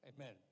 Amen